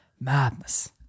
Madness